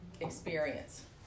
experience